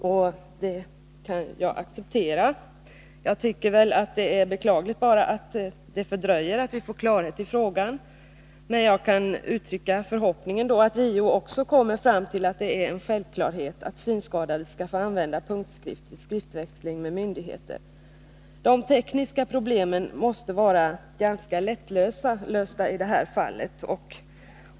Jag kan acceptera detta, men tycker det är beklagligt att det dröjer, innan vi får klarhet i frågan. Det är emellertid min förhoppning att även JO kommer fram till att det är en självklarhet att synskadade skall få använda punktskrift vid skriftväxling med myndigheter. De tekniska problemen måste i detta fall vara ganska lättlösta.